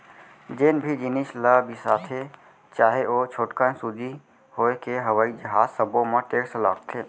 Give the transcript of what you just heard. जेन भी जिनिस ल बिसाथे चाहे ओ छोटकन सूजी होए के हवई जहाज सब्बो म टेक्स लागथे